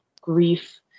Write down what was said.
grief